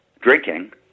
drinking